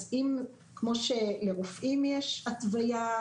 אז כמו שלרופאים יש התוויה,